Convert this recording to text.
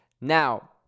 Now